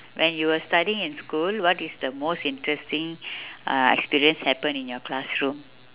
when you were studying in school what is the most interesting uh experience happen in your classroom